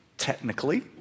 Technically